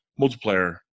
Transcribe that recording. multiplayer